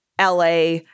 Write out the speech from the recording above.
LA